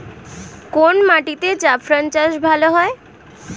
কোন মাটিতে জাফরান চাষ ভালো হয়?